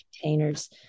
containers